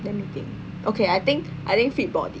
let me think okay I think I think fit body